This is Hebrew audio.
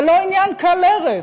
זה לא עניין קל ערך.